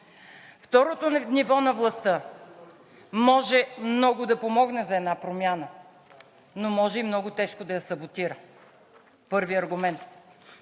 Второто ниво на властта може много да помогне за една промяна, но може и много тежко да я саботира. Първият аргумент.